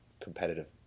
competitive